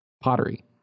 pottery